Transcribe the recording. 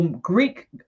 Greek